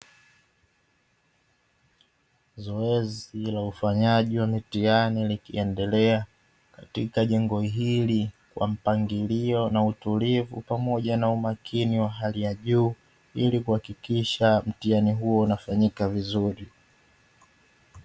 Zoezi la ufanyaji wa mitihani likiendelea katika jengo hili kwa mpangilio na utulivu pamoja na umakini wa hali ya juu, ili kuhakikisha mtihani huo unafanyika vizuri.